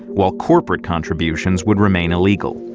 while corporate contributions would remain illegal.